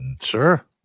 Sure